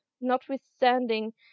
notwithstanding